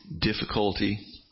difficulty